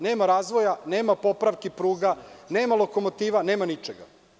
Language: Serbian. Nema razvoja, nema popravki pruga, nema lokomotiva, nema ničega.